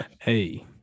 Hey